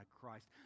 Christ